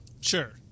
Sure